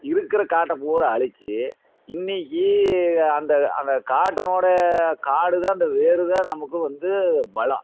இருக்கிற காட்டை பூரா அழிச்சு இன்றைக்கு அந்த அந்த காட்டுனோடய காடுதான் அந்த வேர்தான் நமக்கு வந்து பலம்